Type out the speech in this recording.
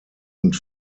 und